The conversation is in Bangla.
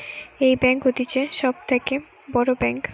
এই ব্যাঙ্ক হতিছে সব থাকে বড় ব্যাঙ্ক